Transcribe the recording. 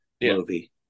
movie